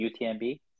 UTMB